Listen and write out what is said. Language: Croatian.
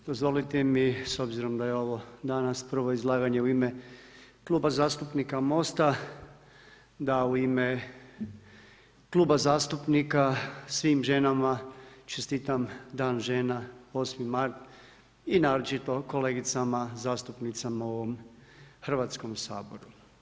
Dozvolite mi s obzirom da je ovo danas prvo izlaganje u ime Kluba zastupnika Mosta, da u ime Kluba zastupnika svim ženama čestitam Dan žena, 8. mart i naročito kolegicama zastupnicama u ovom Hrvatskom saboru.